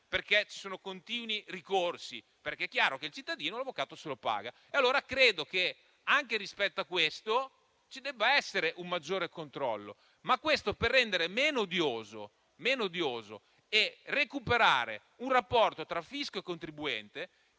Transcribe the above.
perché ci sono continui ricorsi. È chiaro infatti che il cittadino paga il suo avvocato. Allora credo che, anche rispetto a questo, ci debba essere un maggiore controllo, per rendere meno odioso e recuperare il rapporto tra fisco e contribuente,